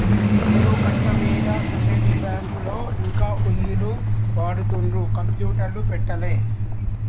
చెరువు కట్ట మీద సొసైటీ బ్యాంకులో ఇంకా ఒయ్యిలు వాడుతుండ్రు కంప్యూటర్లు పెట్టలే